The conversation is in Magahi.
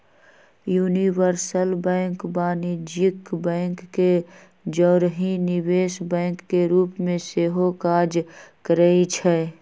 यूनिवर्सल बैंक वाणिज्यिक बैंक के जौरही निवेश बैंक के रूप में सेहो काज करइ छै